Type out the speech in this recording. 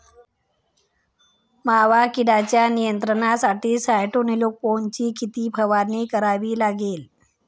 मावा किडीच्या नियंत्रणासाठी स्यान्ट्रेनिलीप्रोलची किती फवारणी करावी लागेल?